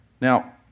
Now